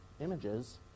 images